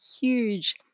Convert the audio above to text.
huge